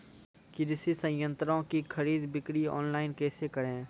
कृषि संयंत्रों की खरीद बिक्री ऑनलाइन कैसे करे?